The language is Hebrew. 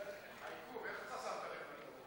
עיקוב, איך אתה שמת לב?